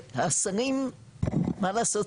השרים מה לעשות,